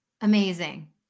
Amazing